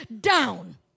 down